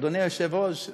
אדוני היושב-ראש.